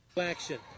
Action